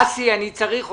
אסי, אני צריך אותך.